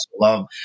love